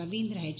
Ravindra ಹೆಚ್